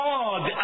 God